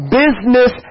business